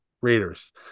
Raiders